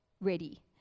ready